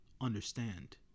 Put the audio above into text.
understand